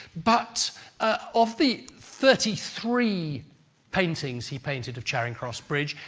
but ah of the thirty three paintings he painted of charing cross bridge,